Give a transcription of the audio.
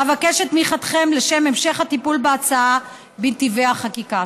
אבקש את תמיכתכם לשם המשך הטיפול בהצעה בנתיבי החקיקה.